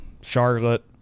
charlotte